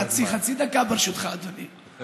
חצי דקה, ברשותך, אדוני.